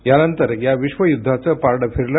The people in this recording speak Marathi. यानंतर या विश्वयुद्धाचं पारडं फिरलं